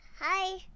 Hi